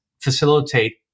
facilitate